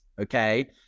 okay